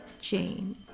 chain